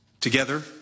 Together